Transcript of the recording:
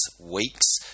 weeks